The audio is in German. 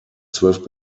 zwölf